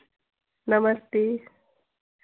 नमस्ते